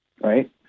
right